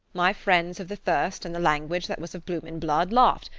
my friends of the thirst and the language that was of bloom and blood laughed,